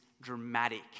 dramatic